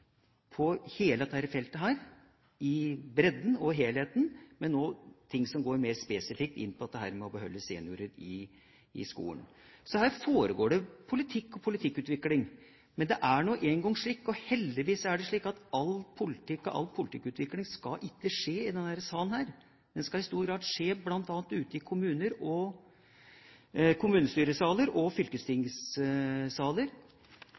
på hele dette feltet – i bredden og helheten – også det som går mer spesifikt på dette med å beholde seniorer i skolen. Så her foregår det politikk og politikkutvikling. Men det er nå engang slik – og heldigvis er det slik – at all politikk og all politikkutvikling ikke skal skje i denne salen. Den skal i stor grad skje bl.a. ute i kommuner, i kommunestyresaler og